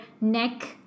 neck